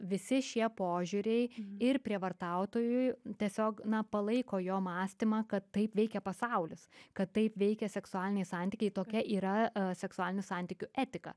visi šie požiūriai ir prievartautojui tiesiog na palaiko jo mąstymą kad taip veikia pasaulis kad taip veikia seksualiniai santykiai tokia yra seksualinių santykių etika